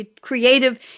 creative